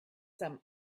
some